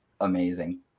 amazing